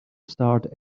starred